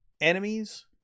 enemies